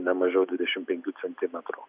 ne mažiau dvidešim penkių centimetrų